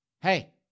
hey